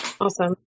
Awesome